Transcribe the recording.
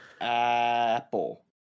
Apple